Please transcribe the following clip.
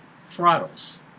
throttles